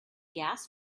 gas